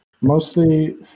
mostly